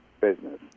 business